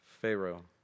Pharaoh